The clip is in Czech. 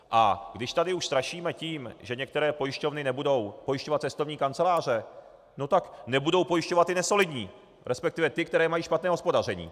A když tady už strašíme tím, že některé pojišťovny nebudou pojišťovat cestovní kanceláře, no tak nebudou pojišťovat ty nesolidní, respektive ty, které mají špatné hospodaření.